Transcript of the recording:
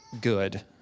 good